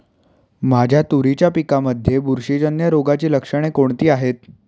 माझ्या तुरीच्या पिकामध्ये बुरशीजन्य रोगाची लक्षणे कोणती आहेत?